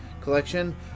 collection